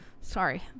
Sorry